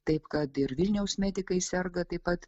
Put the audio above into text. taip kad ir vilniaus medikai serga taip pat